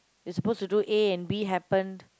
is supposed to do A and B happened